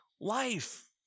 life